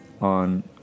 on